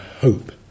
hope